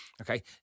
Okay